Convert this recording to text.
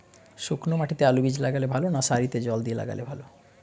শুক্নো মাটিতে আলুবীজ লাগালে ভালো না সারিতে জল দিয়ে লাগালে ভালো?